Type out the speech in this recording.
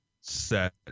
set